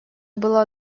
было